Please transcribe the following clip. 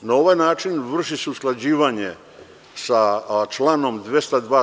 Na ovaj način vrši se usklađivanje sa članom 202.